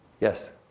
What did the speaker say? Yes